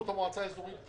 הם היו אמורים לבצע.